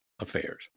affairs